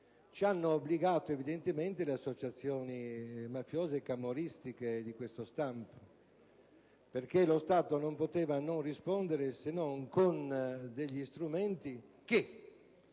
ci hanno obbligato, evidentemente, le associazioni mafiose e camorristiche di questo stampo. Lo Stato, infatti, non poteva non rispondere se non con strumenti che